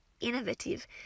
innovative